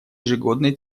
ежегодной